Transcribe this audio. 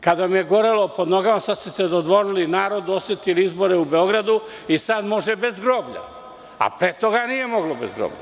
Kad vam je gorelo pod nogama, dodvorili ste se narodu, osetili izbore u Beogradu i sad može bez groblja, a pre toga nije moglo bez groblja.